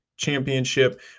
championship